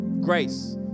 grace